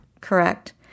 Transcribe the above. Correct